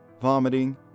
vomiting